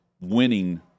winning